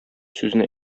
сүзне